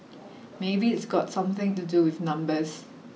maybe it's got something to do with numbers